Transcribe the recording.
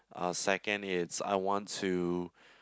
second is I want to